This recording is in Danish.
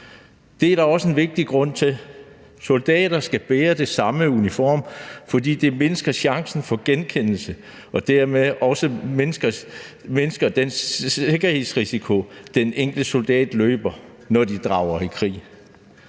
Det er der også en vigtig grund til. Soldaterne skal bære den samme uniform, fordi det mindsker chancen for genkendelse og dermed også mindsker den sikkerhedsrisiko, de enkelte soldater løber, når de drager i krig.